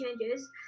changes